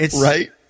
Right